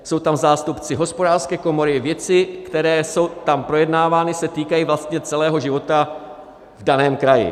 Jsou tam zástupci Hospodářské komory, věci, které jsou tam projednávány, se týkají vlastně celého života v daném kraji.